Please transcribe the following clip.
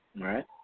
Right